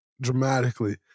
dramatically